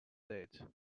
date